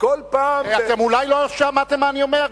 כל פעם, אתם אולי לא שמעתם מה אני אומר.